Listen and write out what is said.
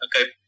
Okay